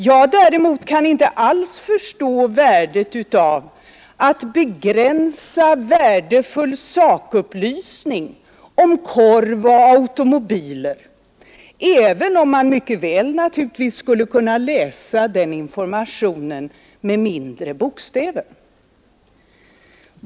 Jag kan däremot inte alls förstå värdet av att begränsa sakupplysning om t.ex. korv och automobiler, även om man naturligtvis mycket väl skulle kunna läsa den informationen med mindre bokstäver.